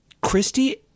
Christy